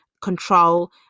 control